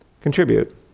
Contribute